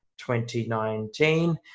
2019